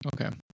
Okay